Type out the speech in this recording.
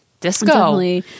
Disco